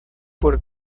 por